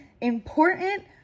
important